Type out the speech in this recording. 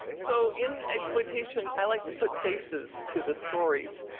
um so, in eggsploitation, i like to put faces to the stories.